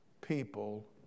people